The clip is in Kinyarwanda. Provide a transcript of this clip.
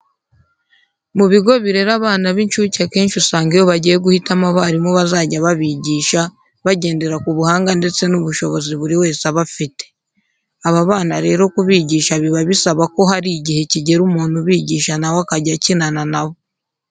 Mu bigo birera abana b'incuke akenshi usanga iyo bagiye guhitamo abarimu bazajya babigisha bagendera ku buhanga ndetse n'ubushobozi buri wese aba afite. Aba bana rero kubigisha biba bisaba ko hari igihe kigera umuntu ubigisha na we akajya akinana na bo.